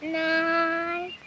nine